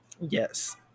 Yes